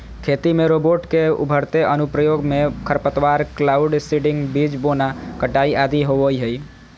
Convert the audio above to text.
खेती में रोबोट के उभरते अनुप्रयोग मे खरपतवार, क्लाउड सीडिंग, बीज बोना, कटाई आदि होवई हई